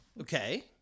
Okay